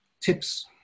tips